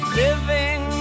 living